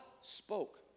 spoke